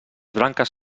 branques